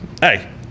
Hey